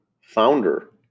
founder